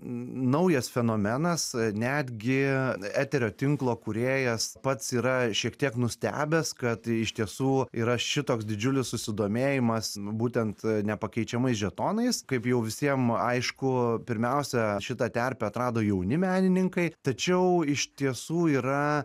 naujas fenomenas netgi eterio tinklo kūrėjas pats yra šiek tiek nustebęs kad iš tiesų yra šitoks didžiulis susidomėjimas nu būtent nepakeičiamais žetonais kaip jau visiem aišku pirmiausia šitą terpę atrado jauni menininkai tačiau iš tiesų yra